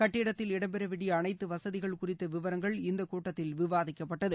கட்டிடத்தில் இடம் பெற வேண்டிய அனைத்து வசதிகள் குறித்த விவரங்கள் இந்த கூட்டத்தில் விவாதிக்கப்பட்டது